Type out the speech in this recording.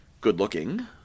good-looking